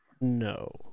No